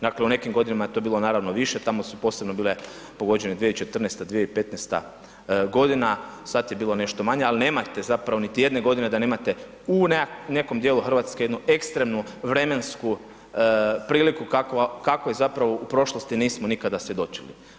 Dakle, u nekim godinama je to naravno bilo više, tamo su posebno bile pogođene 2014.- 2015. godina, sad je bilo nešto manje, ali nemate zapravo niti jedne godine da nemate u nekom djelu Hrvatske jednu ekstremnu vremensku priliku kakvoj zapravo u prošlosti nismo nikada svjedočili.